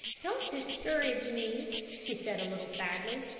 don't discourage me, she said a little sadly.